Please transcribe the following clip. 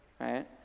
right